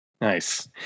nice